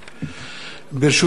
ברשות היושבת-ראש,